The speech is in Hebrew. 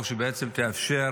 שבעצם תאפשר